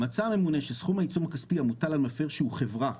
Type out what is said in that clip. מצא הממונה שסכום העיצום הכספי המוטל על מפר שהוא חברה,